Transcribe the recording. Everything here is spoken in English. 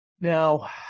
Now